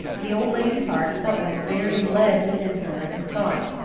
the old lady's heart felt like very lead within her at the thought,